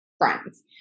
friends